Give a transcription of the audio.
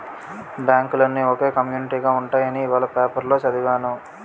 బాంకులన్నీ ఒకే కమ్యునీటిగా ఉంటాయని ఇవాల పేపరులో చదివాను